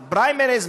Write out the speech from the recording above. פריימריז,